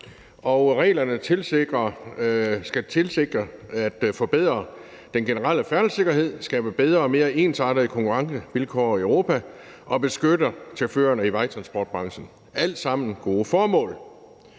reglerne skal tilsikre at forbedre den generelle færdselssikkerhed, skabe bedre og mere ensartede konkurrencevilkår i Europa og beskytte chaufførerne i vejtransportbranchen, og det er alt sammen gode formål.